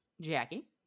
Jackie